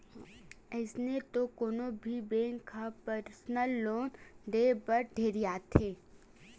अइसे तो कोनो भी बेंक ह परसनल लोन देय बर ढेरियाथे